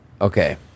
Okay